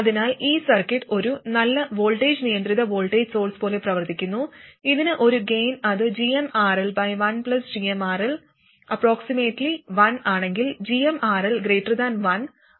അതിനാൽ ഈ സർക്യൂട്ട് ഒരു നല്ല വോൾട്ടേജ് നിയന്ത്രിത വോൾട്ടേജ് സോഴ്സ് പോലെ പ്രവർത്തിക്കുന്നു ഇതിന് ഒരു ഗേയിൻ അത് gmRL1gmRL 1 ആണെങ്കിൽ gmRL 1